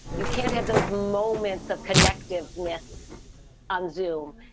you can't have those moments of connective ness and zoom,